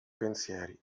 pensieri